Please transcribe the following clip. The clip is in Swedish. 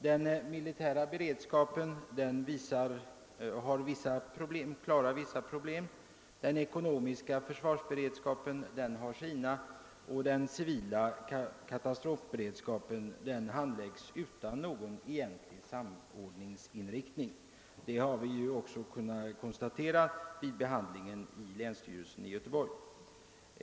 Den militära beredskapen klarar vissa problem, den ekonomiska försvarsberedskapen har sina och den civila katastrofberedskapen handläggs utan någon egentlig samordningsinriktning. Detta har vi också kunnat konstatera vid behandlingen inom länsstyrelsen i Göteborg.